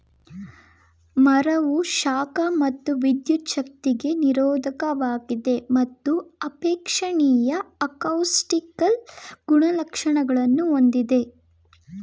ಮರವು ಶಾಖ ಮತ್ತು ವಿದ್ಯುಚ್ಛಕ್ತಿಗೆ ನಿರೋಧಕವಾಗಿದೆ ಮತ್ತು ಅಪೇಕ್ಷಣೀಯ ಅಕೌಸ್ಟಿಕಲ್ ಗುಣಲಕ್ಷಣಗಳನ್ನು ಹೊಂದಿದೆ